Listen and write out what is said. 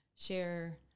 share